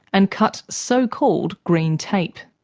and cut so-called green tape.